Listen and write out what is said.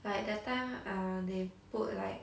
but that time uh they put like